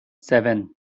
seven